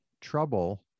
trouble